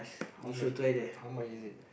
how much how much is it